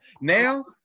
Now